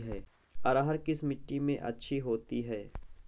अरहर किस मिट्टी में अच्छी होती है?